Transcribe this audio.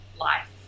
life